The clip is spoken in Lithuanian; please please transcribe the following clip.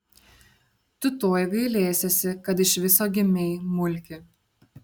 tu tuoj gailėsiesi kad iš viso gimei mulki